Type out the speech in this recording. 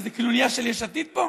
מה זה, קנוניה של יש עתיד פה?